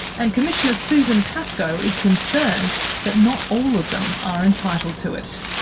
and commissioner susan pascoe is concerned that not all of them are entitled to it.